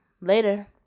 later